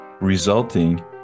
resulting